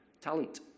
talent